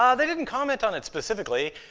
um they didn't comment on it specifically.